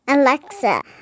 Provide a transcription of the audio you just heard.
Alexa